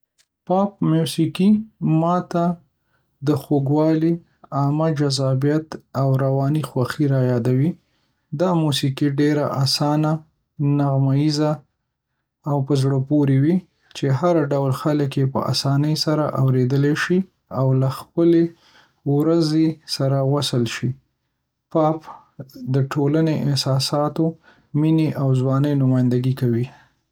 پاپ موسیقي ما ته خوږوالی، عامه جذابیت، او رواني خوښي رايادوي. دا موسیقي ډېره اسانه، نغمه‌ییزه، او په زړه پورې وي، چې هر ډول خلک یې په اسانۍ سره اورېدلی شي او له خپلې ورځې سره وصل شي. پاپ د ټولنې د احساساتو، مینې، او ځوانۍ نمایندګي کوي